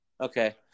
Okay